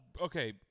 okay